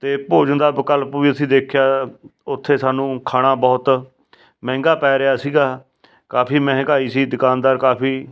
ਅਤੇ ਭੋਜਨ ਦਾ ਵਿਕਲਪ ਵੀ ਅਸੀਂ ਦੇਖਿਆ ਉੱਥੇ ਸਾਨੂੰ ਖਾਣਾ ਬਹੁਤ ਮਹਿੰਗਾ ਪੈ ਰਿਹਾ ਸੀਗਾ ਕਾਫੀ ਮਹਿੰਗਾਈ ਸੀ ਦੁਕਾਨਦਾਰ ਕਾਫੀ